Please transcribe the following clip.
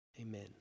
Amen